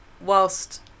whilst